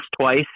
twice